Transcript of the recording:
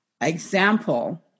example